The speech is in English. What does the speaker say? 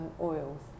Oils